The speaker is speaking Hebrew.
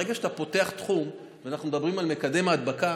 ברגע שאתה פותח תחום ואנחנו מדברים על מקדם ההדבקה,